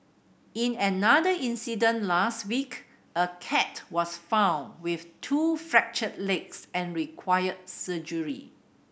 in another incident last week a cat was found with two fractured legs and required surgery